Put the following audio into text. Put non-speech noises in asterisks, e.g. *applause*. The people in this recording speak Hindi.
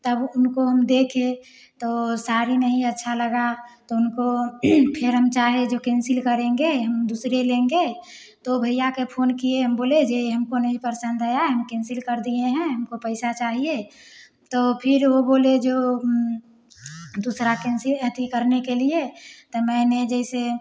तब उनको हम देखे तो साड़ी नहीं अच्छा लगा तो उनको फिर हम चाहे जोकि कैंसिल करेंगे हम दूसरी लेंगे तो भैया के फ़ोन किए हम बोले जे हमको नहीं पसंद आया हम कैंसिल कर दिए हैं हमको पैसा चाहिए तो फिर वो बोले जो दूसरा कैंसिल *unintelligible* करने के लिए तो मैंने जैसे